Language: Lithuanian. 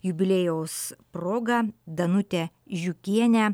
jubiliejaus proga danutė žiukienė